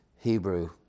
hebrew